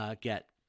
get